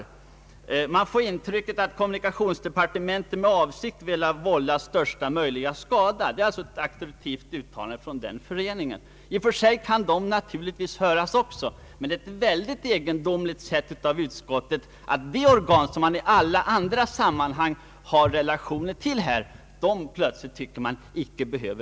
En annan gång säger han att »vi får intrycket av att kommunikationsdepartementet med avsikt velat vålla största möjliga skada». I och för sig kan naturligtvis också denna förening höras, men det är ett egendomligt sätt av utskottet att icke höra det organ som staten i alla andra sammanhang har relationer till i detta avseende.